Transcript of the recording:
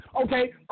okay